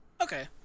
okay